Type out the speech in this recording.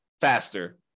faster